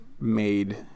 made